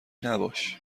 نباش